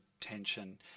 tension